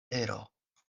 ero